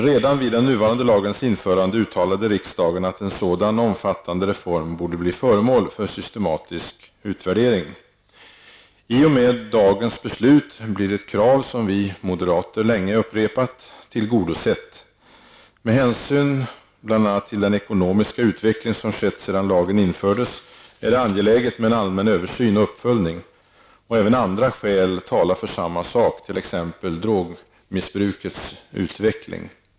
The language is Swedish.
Redan vid den nuvarande lagens införande uttalade riksdagen att en sådan omfattande reform borde bli föremål för systematisk utvärdering. I och med dagens beslut blir ett krav som vi moderater länge upprepat tillgodosett. Med hänsyn till bl.a. den ekonomiska utveckling som skett sedan lagen infördes är det angeläget med en allmän översyn och uppföljning. Även andra skäl talar för samma sak, t.ex. drogmissbrukets utveckling.